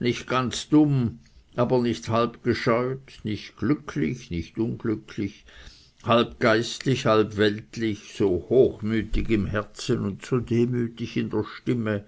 nicht ganz dumm aber nicht halb gescheut nicht glücklich nicht unglücklich halb geistlich halb weltlich so hochmütig im herzen und so demütig in der stimme